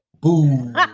Boom